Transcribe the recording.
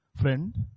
friend